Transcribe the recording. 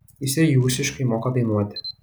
jis ir jūsiškai moka dainuoti